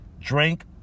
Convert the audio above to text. drink